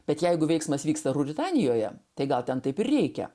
bet jeigu veiksmas vyksta ruritanijoje tai gal ten taip ir reikia